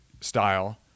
style